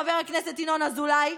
חבר הכנסת ינון אזולאי,